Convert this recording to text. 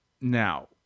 now